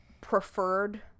preferred